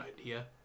idea